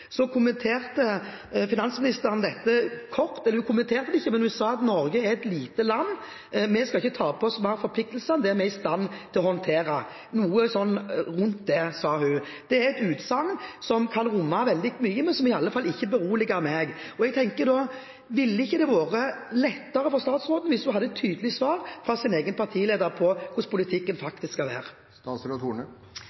kommenterte finansministeren dette kort, eller hun kommenterte det ikke, men sa at Norge er et lite land, og vi skal ikke ta på oss flere forpliktelser enn det vi er i stand til å håndtere – noe sånn rundt det sa hun. Det er et utsagn som kan romme veldig mye, men som i alle fall ikke beroliger meg. Jeg tenker da at ville det ikke vært lettere for statsråden hvis hun hadde fått et tydelig svar fra sin egen partileder på hvordan politikken faktisk skal være.